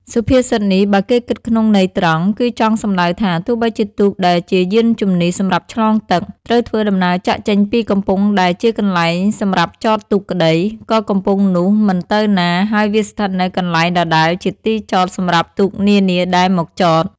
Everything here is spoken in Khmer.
សុភាសិតនេះ បើគេគិតក្នុងន័យត្រង់ គឺចង់សំដៅថា ទោះបីជាទូក ដែលជាយាន្តជំនិះសម្រាប់ឆ្លងទឹក ត្រូវធ្វើដំណើរចាកចេញពីកំពង់ដែលជាកន្លែងសម្រាប់ចតទូកក្ដី ក៏កំពង់នោះមិនទៅណា ហើយវាស្ថិតនៅកន្លែងដដែលជាទីចតសម្រាប់ទូកនានាដែលមកចត។